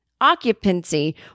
Occupancy